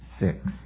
Six